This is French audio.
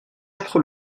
quatre